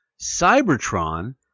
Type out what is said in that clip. Cybertron